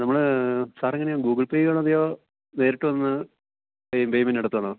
നമ്മൾ സാറെങ്ങനെയാണ് Google pay ചെയ്യുവാണോ അതെയോ നേരിട്ട് വന്ന് പേയ്മെൻറ്റ് നടത്തുകയാണോ